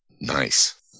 Nice